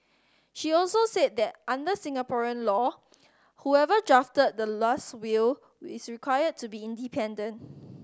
she also said that under Singaporean law whoever drafted the last will is required to be independent